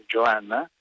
Joanna